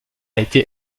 été